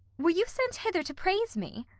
were you sent hither to praise me?